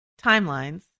timelines